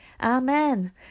Amen